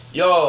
yo